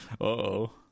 uh-oh